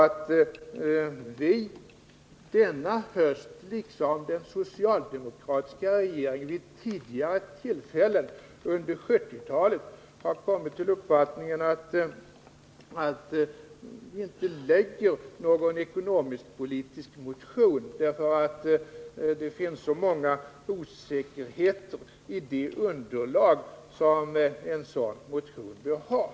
Att regeringen denna höst, liksom den socialdemokratiska regeringen gjorde vid tidigare tillfällen under 1970-talet, har kommit till uppfattningen att vi inte nu skall lägga någon ekonomisk-politisk proposition beror på att det finns så många osäkerheter i det underlag som en sådan proposition bör ha.